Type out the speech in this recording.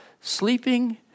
Sleeping